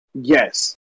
yes